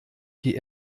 die